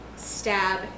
stab